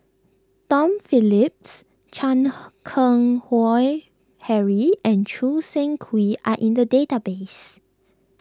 Tom Phillips Chan Keng Howe Harry and Choo Seng Quee are in the database